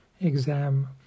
exam